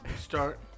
start